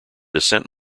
descent